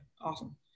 awesome